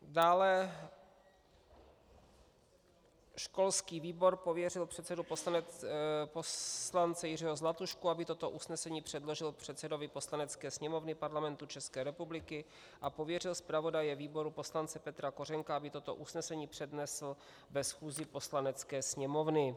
Dále školský výbor pověřil předsedu poslance Jiřího Zlatušku, aby toto usnesení předložil předsedovi Poslanecké sněmovny Parlamentu České republiky, a pověřil zpravodaje výboru poslance Petra Kořenka, aby toto usnesení přednesl ve schůzi Poslanecké sněmovny.